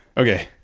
okay,